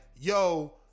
yo